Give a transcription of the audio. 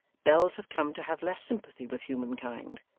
bells have come to have less sympathy with humankind.